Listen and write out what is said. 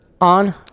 on